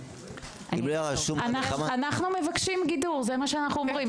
אנחנו מבקשים גידור, זה מה שאנחנו אומרים.